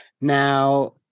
Now